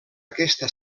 aquesta